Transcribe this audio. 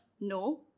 no